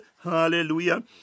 Hallelujah